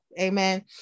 Amen